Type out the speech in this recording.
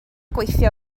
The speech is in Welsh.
gweithio